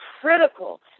critical